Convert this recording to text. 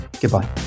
goodbye